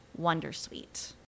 wondersuite